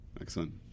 Excellent